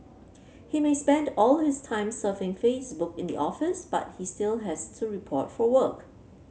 he may spend all his time surfing Facebook in the office but he still has to report for work